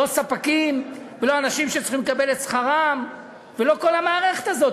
לא ספקים ולא אנשים שצריכים לקבל את שכרם ולא כל המערכת הזאת.